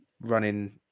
running